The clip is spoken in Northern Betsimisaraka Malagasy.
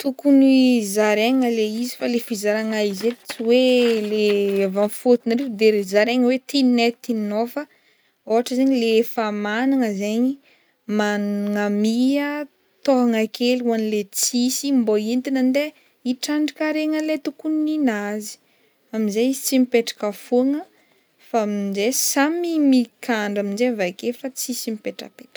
Tokony zaraigna le izy fa le fizaragna izy eto tsy hoe le avy am'fotony ary de zaraigna hoe ty ninay ty ninao fa ôhatra zaigny le efa magnana zaigny magnamia tôhana kely ho an'le tsisy mba mbô ihentiny andeha hitrandraka harena le tokony ninazy am'zay izy tsy mipetraka fogna fa am'jay samy mikandra am'jay avake fatsisy mipetrapetraka.